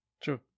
True